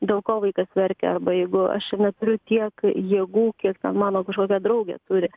dėl ko vaikas verkia arba jeigu aš neturiu tiek jėgų kiek ten mano kažkokia draugė turi